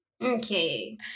Okay